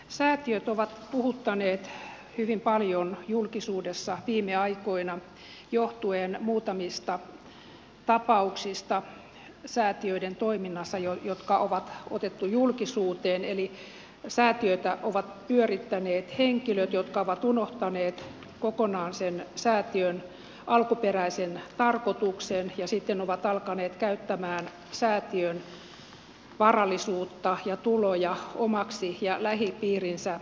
säätiöt ovat puhuttaneet hyvin paljon julkisuudessa viime aikoina johtuen muutamista tapauksista säätiöiden toiminnassa jotka on otettu julkisuuteen eli säätiöitä ovat pyörittäneet henkilöt jotka ovat unohtaneet kokonaan sen säätiön alkuperäisen tarkoituksen ja sitten ovat alkaneet käyttämään säätiön varallisuutta ja tuloja omaksi ja lähipiirinsä eduksi